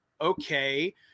Okay